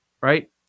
right